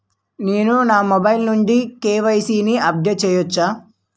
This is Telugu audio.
నేను నా మొబైల్ నుండి కే.వై.సీ ని అప్డేట్ చేయవచ్చా?